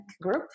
Group